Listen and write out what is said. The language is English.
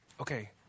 okay